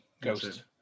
Ghost